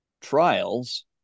trials